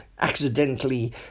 accidentally